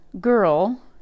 girl